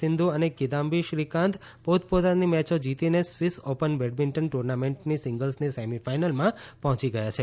સિંધુ અને કિદામ્બી શ્રીકાંત પોત પોતાની મેયો જીતીને સ્વિસ ઓપન બેડમિન્ટન ટુર્નામેન્ટની સિંગલ્સની સેમી ફાઇનલમાં પહોંચી ગયા છે